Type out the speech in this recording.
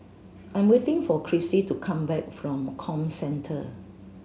I'm waiting for Crissy to come back from Comcentre